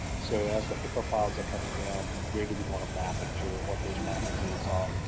so as the hipaa files are coming in, where do we want to map it to? and what those mapping rules are.